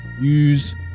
use